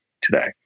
today